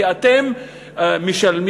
כי אתם משלמים,